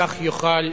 כך יוכל,